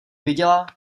viděla